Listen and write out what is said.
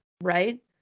Right